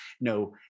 no